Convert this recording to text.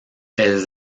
elles